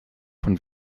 von